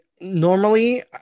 normally